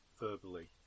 verbally